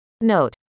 Note